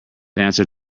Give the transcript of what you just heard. answer